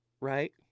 Right